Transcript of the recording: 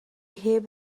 heb